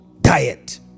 diet